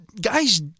guys